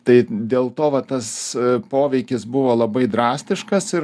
tai dėl to va tas poveikis buvo labai drastiškas ir